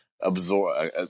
absorb